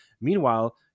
Meanwhile